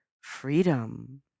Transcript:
freedom